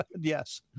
yes